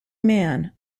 man